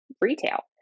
retail